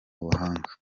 ubuhanga